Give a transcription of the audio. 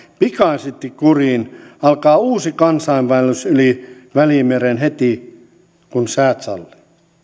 pikaisesti kuriin alkaa uusi kansainvaellus yli välimeren heti kun säät sallivat